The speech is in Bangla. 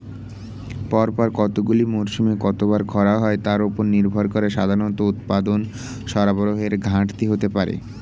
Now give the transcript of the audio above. পরপর কতগুলি মরসুমে কতবার খরা হয় তার উপর নির্ভর করে সাধারণত উৎপাদন সরবরাহের ঘাটতি হতে পারে